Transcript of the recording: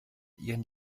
ihren